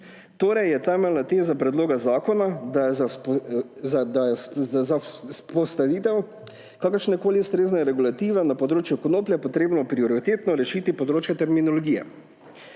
Torej je temeljna teza predloga zakona, da je za vzpostavitev kakršnekoli ustrezne regulative na področju konoplje potrebno prioritetno rešiti področje terminologije,